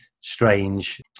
strange